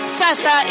sasa